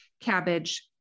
cabbage